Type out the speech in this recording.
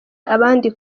abandi